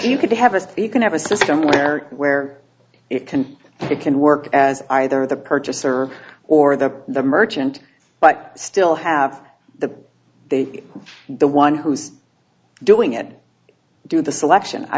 could have us you can have a system where where it can it can work as either the purchaser or the the merchant but still have the they the one who's doing it do the selection i